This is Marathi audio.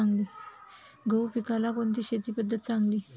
गहू पिकाला कोणती शेती पद्धत चांगली?